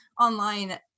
Online